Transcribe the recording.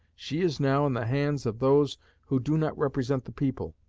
she is now in the hands of those who do not represent the people.